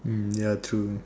ya true